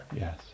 Yes